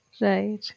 Right